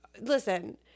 listen